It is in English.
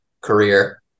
career